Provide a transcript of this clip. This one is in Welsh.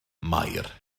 maer